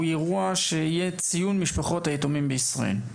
אירוע שיהיה ציון משפחות היתומים בישראל,